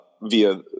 via